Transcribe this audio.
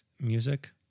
music